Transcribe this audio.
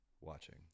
watching